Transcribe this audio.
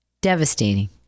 devastating